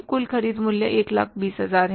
कुल ख़रीद मूल्य 120000 है